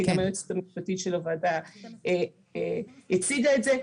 כי היועצת המשפטית של הוועדה הציגה את זה,